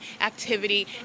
activity